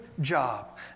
job